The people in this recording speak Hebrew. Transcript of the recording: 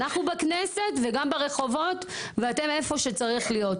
אנחנו בכנסת וגם ברחובות ואתן איפה שצריך להיות,